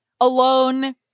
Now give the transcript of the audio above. alone